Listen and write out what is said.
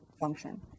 function